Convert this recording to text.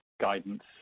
guidance